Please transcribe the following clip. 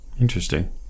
Interesting